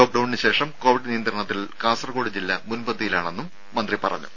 ലോക്ക്ഡൌണിന് ശേഷം കോവിഡ് നിയന്ത്രണത്തിൽ കാസർകോട് ജില്ല മുൻപന്തിയിലാണെന്നും മന്ത്രി പറഞ്ഞു